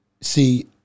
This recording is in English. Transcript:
see